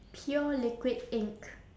pure liquid ink